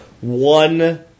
One